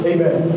Amen